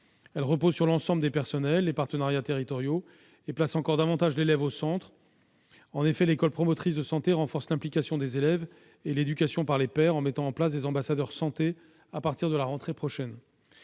Elle repose sur l'ensemble des personnels et des partenariats territoriaux et place encore davantage l'élève au centre. En effet, l'école promotrice de la santé renforce l'implication des élèves et l'éducation par les pairs en mettant en place des ambassadeurs santé à partir de la rentrée prochaine.